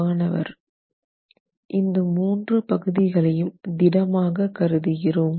மாணவர் இந்த மூன்று 123 பகுதிகளையும் திடமாக கருதுகிறோம்